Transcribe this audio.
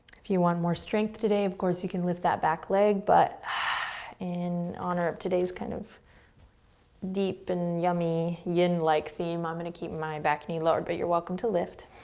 if you want more strength today, of course, you can lift that back leg, but on our. today's kind of deep and yummy yin-like theme, i'm going to keep my back knee lowered, but you're welcome to lift.